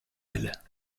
elle